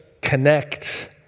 connect